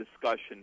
discussion